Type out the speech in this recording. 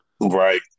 Right